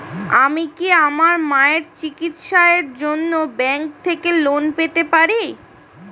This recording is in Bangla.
আমি কি আমার মায়ের চিকিত্সায়ের জন্য ব্যঙ্ক থেকে লোন পেতে পারি?